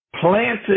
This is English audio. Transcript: planted